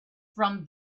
from